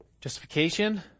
Justification